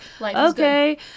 okay